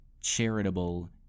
charitable